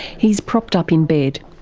he's propped up in bed.